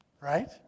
Right